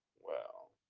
well,